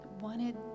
wanted